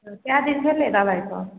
तऽ कए दिन भेलै दबाइके